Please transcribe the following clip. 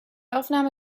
aufnahme